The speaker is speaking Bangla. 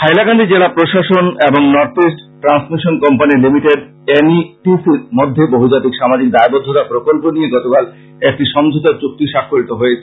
হাইলাকান্দি জেলা প্রশাসন এবং North East Transmission Company Limited N E T C র মধ্যে বহুজাতিক সামাজিক দায়বদ্ধতা প্রকল্প নিয়ে গতকাল একটি সমঝোতা চুক্তি সাক্ষরিত হয়েছে